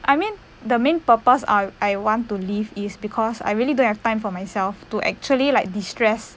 I mean the main purpose I I want to leave is because I really don't have time for myself to actually like distress